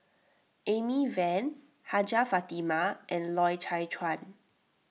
Amy Van Hajjah Fatimah and Loy Chye Chuan